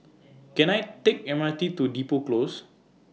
Can I Take M R T to Depot Close